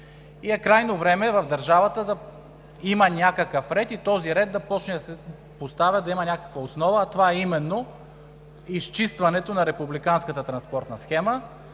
тук. Крайно време е в държавата да има някакъв ред и този ред да започне да се поставя, да има някаква основа, а това е именно изчистването на републиканската транспортна схема,